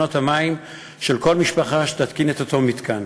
בחשבונות המים של כל משפחה שתתקין את אותו מתקן.